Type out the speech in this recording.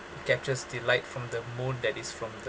captures the light from the moon that is from the